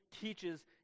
teaches